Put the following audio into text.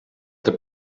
the